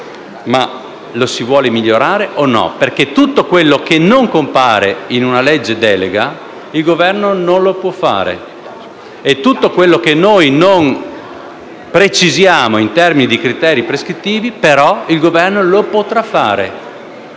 ma lo si vuole migliorare o no? Infatti, tutto quello che non compare in una legge delega il Governo non lo può fare. Ma tutto quello che noi non precisiamo in termini di criteri prescrittivi, il Governo lo potrà fare,